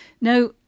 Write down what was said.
Now